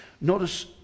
Notice